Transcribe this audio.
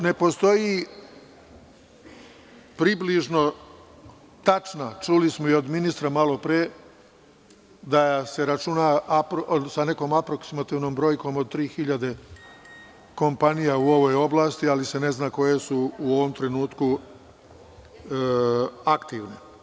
Ne postoji približno tačna, a čuli smo to i od ministra malopre, da se računa sa nekom aproksimativnom brojkom od 3.000 kompanija u ovoj oblasti, ali se ne zna koje su u ovom trenutku aktivne.